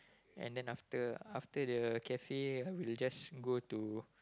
and then after after the cafe we just go to